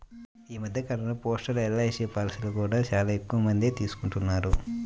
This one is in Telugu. ఈ మధ్య కాలంలో పోస్టల్ ఎల్.ఐ.సీ పాలసీలను కూడా చాలా ఎక్కువమందే తీసుకుంటున్నారు